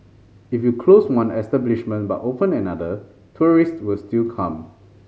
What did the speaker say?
if you close one establishment but open another tourist will still come